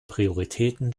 prioritäten